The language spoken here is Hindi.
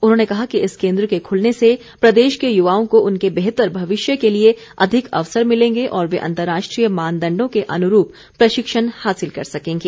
उन्होंने कहा कि इस केन्द्र के खुलने से प्रदेश के युवाओं को उनके बेहतर भविष्य के लिए अधिक अवसर मिलेंगे और वे अंतर्राष्ट्रीय मानदंडों के अनुरूप प्रशिक्षण हासिल कर सकेंगे